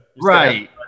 Right